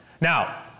Now